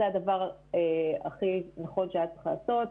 זה הדבר הכי נכון שהיה צריך לעשות,